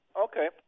Okay